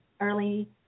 early